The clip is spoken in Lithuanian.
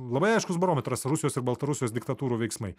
labai aiškus barometras rusijos ir baltarusijos diktatūrų veiksmai